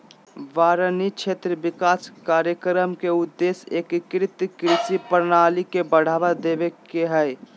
वारानी क्षेत्र विकास कार्यक्रम के उद्देश्य एकीकृत कृषि प्रणाली के बढ़ावा देवे के हई